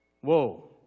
Whoa